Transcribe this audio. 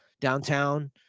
downtown